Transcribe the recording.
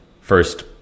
first